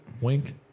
wink